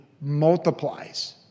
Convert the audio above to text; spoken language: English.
multiplies